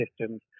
systems